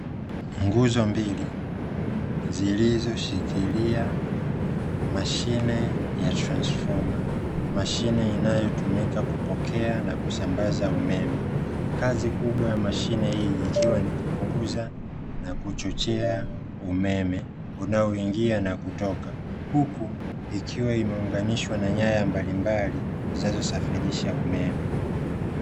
Nguzo mbili zilizoshikilia mashine ya transfoma, mashine inayotumika kupokea na kusambaza umeme kazi kubwa ya mashine hii ikiwa ni kupunguza na kuchochea umeme unaoingia na kutoka huku ikiwa imeunganishwa na nyaya mbalimbali zinazosafirisha umeme.